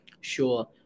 Sure